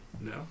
No